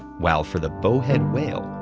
while for the bowhead whale,